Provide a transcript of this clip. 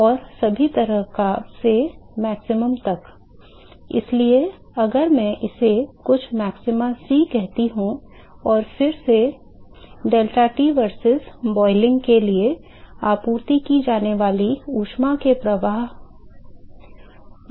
तो सभी तरह से अधिकतम तक इसलिए अगर मैं इसे कुछ मैक्सिमा C कहता हूं और यह फिर से deltaT verses क्वथन के लिए आपूर्ति की जाने वाली ऊष्मा के प्रवाह है